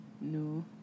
No